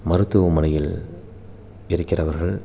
மருத்துவமனையில் இருக்கிறவர்கள்